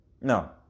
no